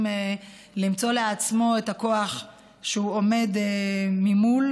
למצוא לעצמו את הכוח כשהוא עומד ממול.